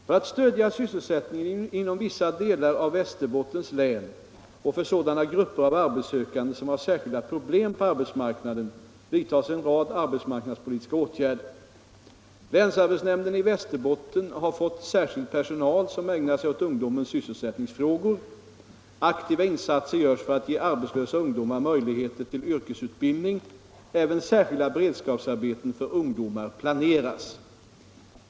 För att stödja sysselsättningen inom vissa delar av Västerbottens län och för sådana grupper av arbetssökande, som har särskilda problem på arbetsmarknaden, vidtas en rad arbetsmarknadspolitiska åtgärder. Länsarbetsnämnden i Västerbotten har fått särskild personal som ägnar sig åt ungdomens sysselsättningsfrågor. Aktiva insatser görs för att ge arbetslösa ungdomar möjligheter till yrkesutbildning. Även särskilda beredskapsarbeten för ungdomar planeras.